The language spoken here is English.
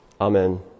Amen